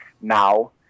now